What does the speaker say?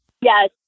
Yes